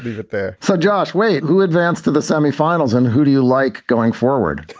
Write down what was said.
leave it there so josh, wait, who advanced to the semifinals and who do you like going forward?